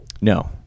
No